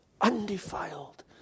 undefiled